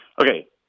Okay